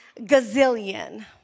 gazillion